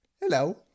hello